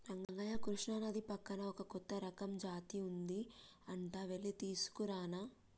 రంగయ్య కృష్ణానది పక్కన ఒక కొత్త రకం జాతి ఉంది అంట వెళ్లి తీసుకురానా